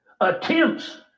Attempts